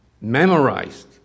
memorized